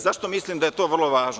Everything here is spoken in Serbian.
Zašto mislim da je to vrlo važno?